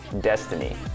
destiny